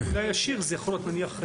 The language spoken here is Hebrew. הממונה הישיר יכול להיות, נניח,